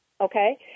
okay